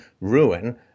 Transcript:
ruin